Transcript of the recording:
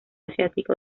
asiático